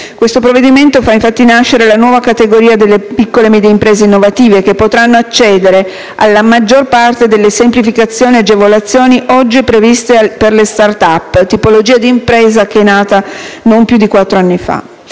Questo provvedimento fa infatti nascere la nuova categoria delle PMI innovative, che potranno accedere alla maggior parte delle semplificazioni e agevolazioni oggi previste per le *start-up*, tipologia di impresa nata da non più di quattro